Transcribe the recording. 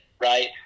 right